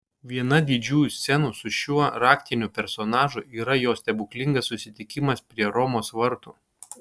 viena didžiųjų scenų su šiuo raktiniu personažu yra jo stebuklingas susitikimas prie romos vartų